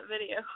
video